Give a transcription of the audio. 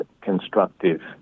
constructive